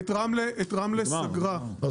את רמלה סגרה המדינה.